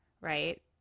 Right